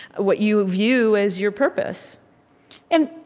what you view as, your purpose and